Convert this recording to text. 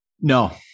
No